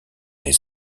les